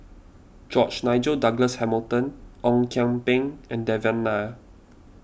George Nigel Douglas Hamilton Ong Kian Peng and Devan Nair